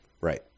right